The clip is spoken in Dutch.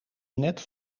net